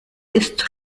ist